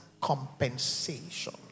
compensation